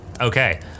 Okay